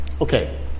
Okay